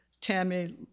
Tammy